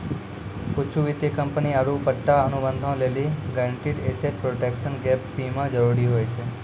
कुछु वित्तीय कंपनी आरु पट्टा अनुबंधो लेली गारंटीड एसेट प्रोटेक्शन गैप बीमा जरुरी होय छै